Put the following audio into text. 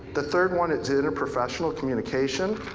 the third one is interprofessional communication.